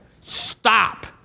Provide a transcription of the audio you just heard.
Stop